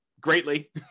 greatly